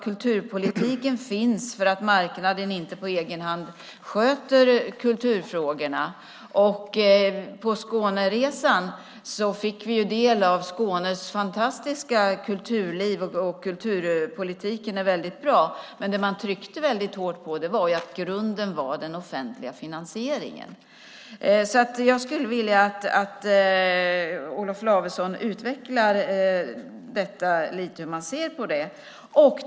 Kulturpolitiken finns därför att marknaden på egen hand inte sköter kulturfrågorna. På Skåneresan fick vi del av Skånes fantastiska kulturliv, och kulturpolitiken är bra. Men det man tryckte hårt på var att grunden är den offentliga finansieringen. Jag skulle vilja att Olof Lavesson utvecklar lite hur man ser på detta.